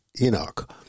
Enoch